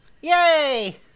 Yay